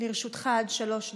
לרשותך עד שלוש דקות.